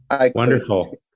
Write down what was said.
Wonderful